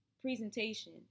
presentation